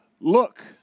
look